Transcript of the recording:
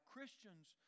Christians